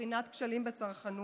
בחינת כשלים בצרכנות,